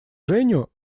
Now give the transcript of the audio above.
женю